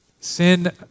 sin